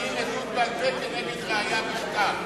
מביאים עדות בעל-פה כנגד ראיה בכתב.